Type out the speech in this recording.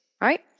right